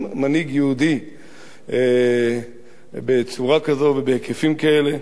מנהיג יהודי בצורה כזאת ובהיקפים כאלה,